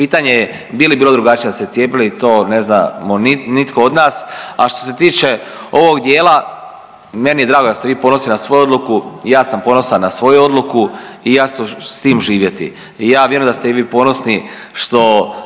pitanje je bi li bilo drugačije da su se cijepili, to ne znamo nitko od nas. A što se tiče ovog dijela, meni je drago da ste vi ponosni na svoju odluku i ja sam ponosan na svoju odluku i ja ću s tim živjeti i ja vjerujem da ste i vi ponosni što